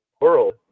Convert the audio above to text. world